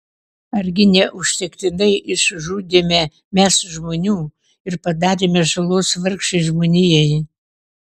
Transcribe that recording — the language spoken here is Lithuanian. argi neužtektinai išžudėme mes žmonių ir padarėme žalos vargšei žmonijai